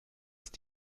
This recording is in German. ist